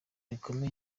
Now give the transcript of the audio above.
rikomeza